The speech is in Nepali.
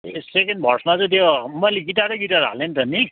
ए सेकेन्ड भर्समा चाहिँ त्यो मैले गिटारै गिटार हालेँ त नि